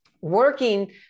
working